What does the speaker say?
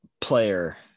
player